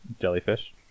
Jellyfish